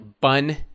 bun